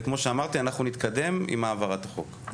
כמו שאמרתי, אנחנו נתקדם עם העברת החוק.